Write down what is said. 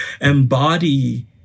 embody